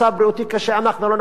אנחנו לא נחזיק אותו במעצר.